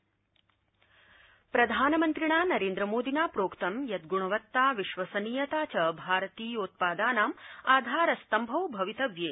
प्रधानमन्त्री प्रधानमन्त्रिणा नरेन्द्रमोदिना प्रोक्तम् यत् गुणवत्ता विश्वसनीयता च भारतीयोत्पादानाम् आधारस्तम्भौ भवितव्ये